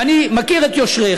ואני מכיר את יושרך,